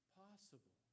possible